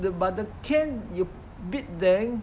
but the cane you beat them